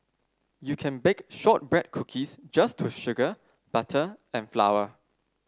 you can bake shortbread cookies just to sugar butter and flour